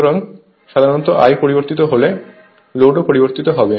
সুতরাং সাধারণত I পরিবর্তিত হলে অতএব লোডও পরিবর্তিত হয়